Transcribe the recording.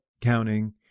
counting